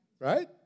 right